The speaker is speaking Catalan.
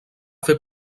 fer